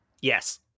Yes